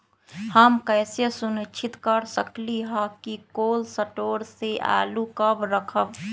हम कैसे सुनिश्चित कर सकली ह कि कोल शटोर से आलू कब रखब?